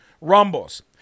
Rumbles